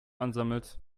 ansammelt